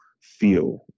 Feel